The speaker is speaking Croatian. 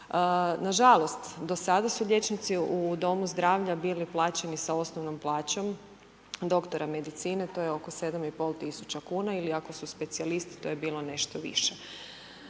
Nažalost, do sada su liječnici u domu zdravlja bili plaćeni sa osnovnom plaćom doktora medicine, to je oko 7500 kuna ili ako su specijalisti to je bilo nešto više.